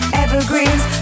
evergreens